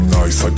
nice